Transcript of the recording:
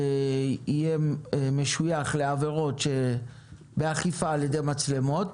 יהיה משויך לעבירות באכיפה על ידי מצלמות